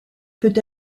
peut